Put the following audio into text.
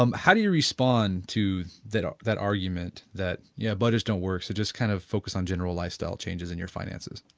um how do you respond to that that argument that yeah budgets don't work, so just kind of focus on general lifestyle changes in your finances?